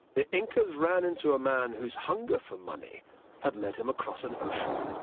the lncas ran into a man whose hunger for money had led him across an ocean.